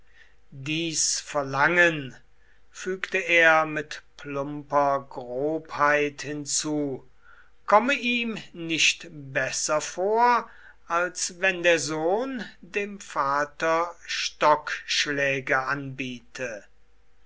dies verlangen fügte er mit plumper grobheit hinzu komme ihm nicht besser vor als wenn der sohn dem vater stockschläge anbiete